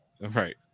Right